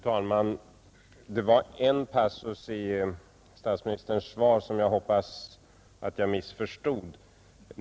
Fru talman! Det var en passus i statsministerns svar som jag hoppas att jag missförstod.